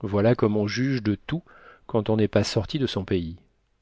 voilà comme on juge de tout quand on n'est pas sorti de son pays